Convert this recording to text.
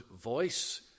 voice